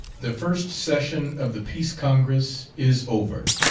the first session of the peace congress is over.